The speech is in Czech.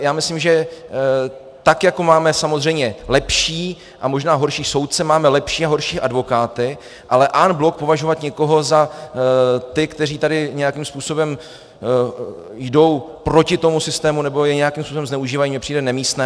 Já myslím, že tak jako máme samozřejmě lepší a možná horší soudce, máme lepší a horší advokáty, ale en bloc považovat někoho za ty, kteří tady nějakým způsobem jdou proti tomu systému nebo jej nějakým způsobem zneužívají, mně přijde nemístné.